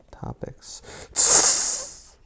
topics